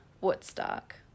woodstock